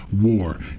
War